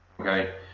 okay